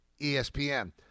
ESPN